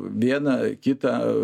vieną kitą